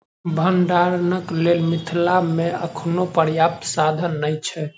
भंडारणक लेल मिथिला मे अखनो पर्याप्त साधन नै अछि